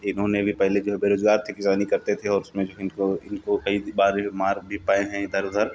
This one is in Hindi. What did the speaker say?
इन्होंने ने भी पहले जो है बेरोज़गार थे किसानी करते थे और उसमें जो है इनको इनको कई बार ये मार भी पाए हैं इधर उधर